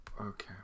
Okay